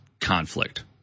conflict